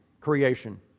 creation